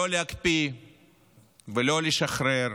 לא להקפיא ולא לשחרר.